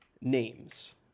names